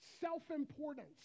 self-importance